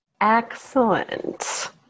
Excellent